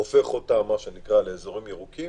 הופך אותם לאזורים ירוקים